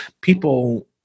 people